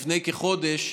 לפני כחודש,